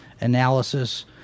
analysis